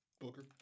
Booker